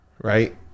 right